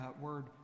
Word